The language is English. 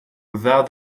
without